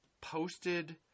posted